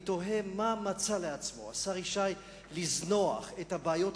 אני תוהה מה מצא לעצמו השר ישי לזנוח את הבעיות